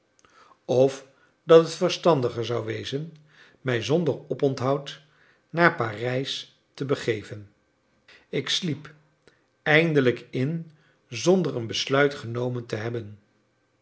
of dat het verstandiger zou wezen mij zonder oponthoud naar parijs te begeven ik sliep eindelijk in zonder een besluit genomen te hebben